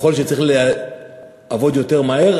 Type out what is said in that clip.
יכול להיות שצריך לעבוד יותר מהר,